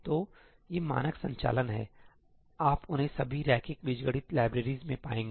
तो ये मानक संचालन हैंआप उन्हें सभी रैखिक बीजगणित लाइब्रेरीज में पाएंगे